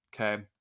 Okay